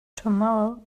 tomorrow